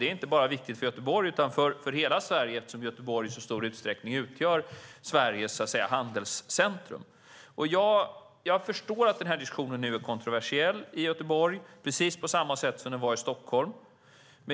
Det är viktigt inte bara för Göteborg utan för hela Sverige eftersom Göteborg i stor utsträckning utgör Sveriges handelscentrum. Jag förstår att diskussionen är kontroversiell i Göteborg, precis som den var i Stockholm.